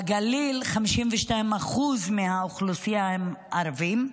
בגליל, 52% מהאוכלוסייה הם ערבים,